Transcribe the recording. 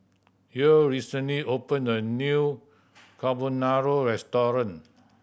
Yael recently opened a new Carbonara Restaurant